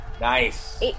Nice